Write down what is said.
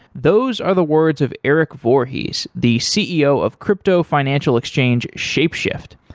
those are the words of erik voorhees, the ceo of crypto financial exchange shapeshift.